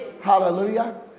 Hallelujah